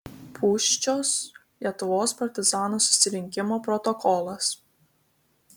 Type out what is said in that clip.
pūščios lietuvos partizanų susirinkimo protokolas